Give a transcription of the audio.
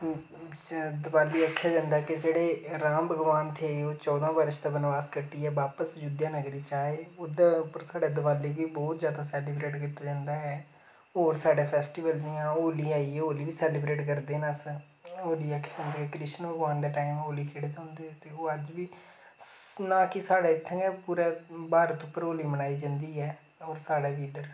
दिवाली आखेआ जंदा के जेह्ड़े राम भगवान थे ओह् चौदां बर्स दा बनवास कट्टियै बापस अयोध्या नगरी च आए ओह्दी उप्पर साढ़ै दवाली गी बोह्त जादा सैलीव्रेट कीता जंदा ऐ होर साढ़ै फैस्टीबल जि'यां होली आई एह् होली बी साढ़ै सैलीव्रेट करदे न अस होली आखेआ जंदा कृष्ण भगवान दे टाइम होली खेढदे होंदे हे ते ओह् अज्ज बी ना कि साढ़ै इत्थै गै पूरे भारत उप्पर होली मनाई जंदी ऐ होर साढ़ै बी इद्धर